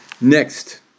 next